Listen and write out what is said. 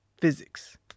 physics